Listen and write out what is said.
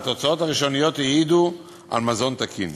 והתוצאות הראשוניות העידו על מזון תקין.